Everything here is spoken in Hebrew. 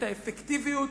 את האפקטיביות,